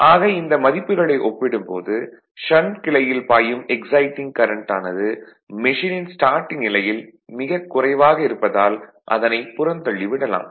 ஆக இந்த மதிப்புகளை ஒப்பிடும் போது ஷண்ட் கிளையில் பாயும் எக்சைடிங் கரண்ட் ஆனது மெஷினின் ஸ்டார்ட்டிங் நிலையில் மிகக் குறைவாக இருப்பதால் அதனை புறந்தள்ளிவிடலாம்